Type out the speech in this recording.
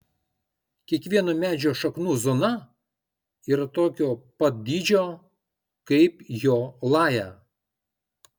kiekvieno medžio šaknų zona yra tokio pat dydžio kaip jo laja